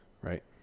right